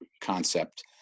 concept